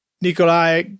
Nikolai